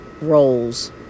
roles